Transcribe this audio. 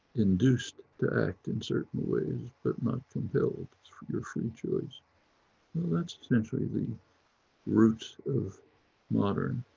induced to act in certain ways, but not until it's for your free choice. and that's essentially the roots of modern,